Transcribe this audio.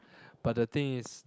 but the thing is